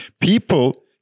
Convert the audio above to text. People